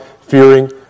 fearing